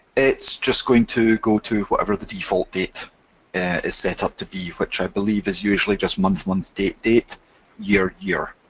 it's just going to go to whatever the default date is set up to be, which i believe is usually just month month date date year year,